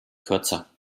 kürzer